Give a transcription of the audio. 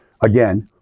again